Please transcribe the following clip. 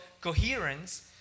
coherence